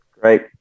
Great